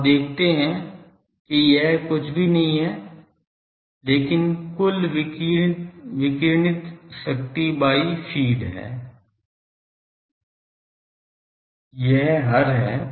तो आप देखते हैं कि यह कुछ भी नहीं है लेकिन कुल विकीर्ण शक्ति by फ़ीड यह हर है